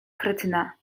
kretyna